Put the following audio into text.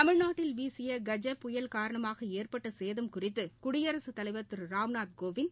தமிழ்நாட்டில் வீசிய கஜ புயல் காரணமாகஏற்பட்டசேதம் குறித்துகுடியரசுத் தலைவர் திருராம் கோவிந்த்